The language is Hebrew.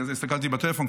בגלל זה הסתכלתי בטלפון,